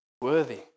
worthy